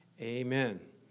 amen